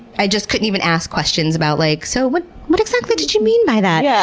i just couldn't even ask questions about, like so what what exactly did you mean by that?